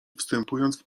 wstępując